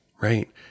right